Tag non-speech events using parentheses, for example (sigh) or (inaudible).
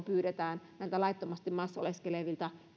(unintelligible) pyydetään näiltä laittomasti maassa oleskelevilta